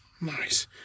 Nice